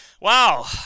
Wow